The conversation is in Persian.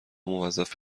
موظف